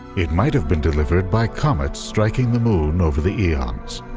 it might have been delivered by comets striking the moon over the eons.